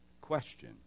question